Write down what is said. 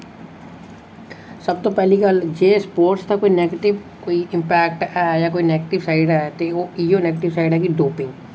सबतों पैह्ली गल्ल जे स्पोर्ट्स दा कोई नेगेटिव कोई इम्पैक्ट है जां कोई नेगेटिव साइड है ते ओ इ'यो नेगेटिव साइड ऐ कि डोपिंग